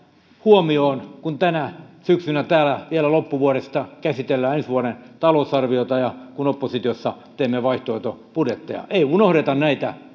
huomioon kun tänä syksynä täällä vielä loppuvuodesta käsitellään ensi vuoden talousarviota ja kun oppositiossa teemme vaihtoehtobudjetteja ei unohdeta näitä